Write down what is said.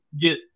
get